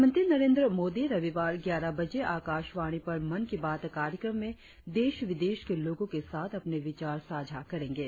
प्रधानमंत्री नरेंद्र मोदी रविवार ग्यारह बजे आकाशवाणी पर मन की बात कार्यक्रम में देश विदेश के लोगों के साथ अपने विचार साझा करेंगे